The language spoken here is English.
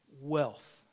wealth